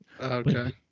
Okay